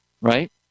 right